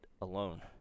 alone